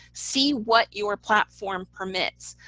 see what your platform permits.